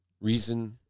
reason